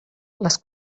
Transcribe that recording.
les